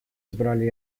избрали